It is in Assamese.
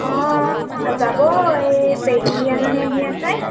অঁ যাব এই পেহী এজনী আহি আছে